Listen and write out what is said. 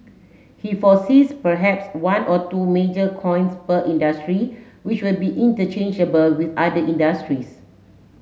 he foresees perhaps one or two major coins per industry which will be interchangeable with other industries